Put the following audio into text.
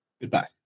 Goodbye